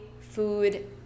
food